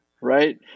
right